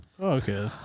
Okay